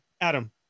Adam